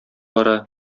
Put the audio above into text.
бара